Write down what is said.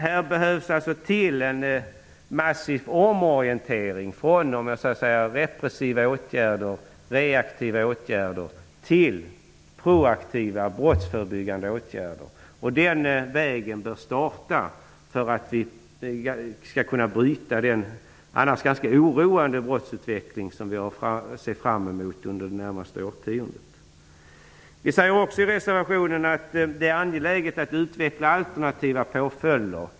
Det behövs en massiv omorientering från repressiva eller reaktiva åtgärder till proaktiva -- brottsförebyggande -- åtgärder. Vi måste påbörja ett arbete i den riktningen för att kunna bryta den ganska oroande brottsutveckling under det närmaste årtiondet som vi kan se fram emot. Vi framhåller i reservationen också att det är angeläget att utveckla alternativa påföljder.